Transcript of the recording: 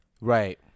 Right